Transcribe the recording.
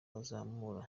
bazamura